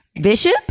Bishop